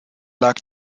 lag